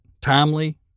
timely